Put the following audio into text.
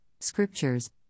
scriptures